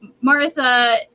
Martha